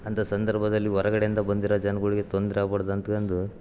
ಅಂಥ ಸಂದರ್ಭದಲ್ಲಿ ಹೊರಗಡೆಯಿಂದ ಬಂದಿರೋ ಜನ್ಗಳಿಗೆ ತೊಂದರೆ ಆಗ್ಬಾರ್ದು ಅಂದ್ಕಂಡು